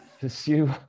Pursue